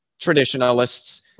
traditionalists